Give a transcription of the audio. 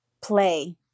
play